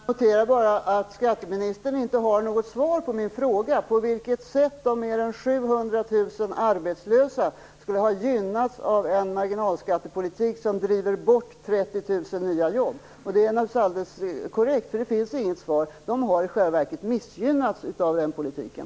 Herr talman! Jag noterar bara att skatteministern inte har något svar på min fråga, på vilket sätt de mer än 700 000 arbetslösa skulle ha gynnats av en marginalskattepolitik som driver bort 30 000 nya jobb. Det är naturligtvis alldeles korrekt, för det finns inget svar. De arbetslösa har i själva verket missgynnats av den politiken.